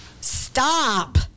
stop